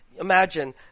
Imagine